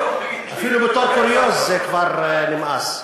אפילו בתור קוריוז זה כבר נמאס.